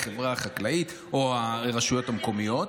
החברה החקלאית או הרשויות המקומיות.